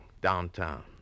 downtown